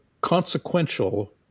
consequential